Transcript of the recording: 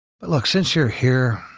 but look, since you're here,